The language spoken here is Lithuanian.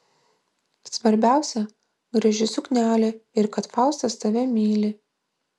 svarbiausia graži suknelė ir kad faustas tave myli